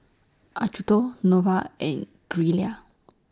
Acuto Nova and Gilera